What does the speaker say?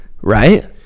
right